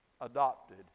adopted